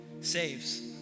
saves